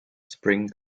spring